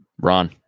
ron